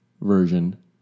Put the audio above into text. version